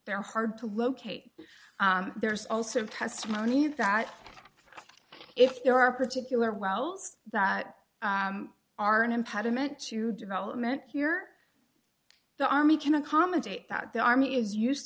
they're hard to locate there's also testimony that if there are particular wells that are an impediment to development here the army can accommodate that the army is used